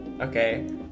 okay